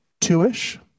two-ish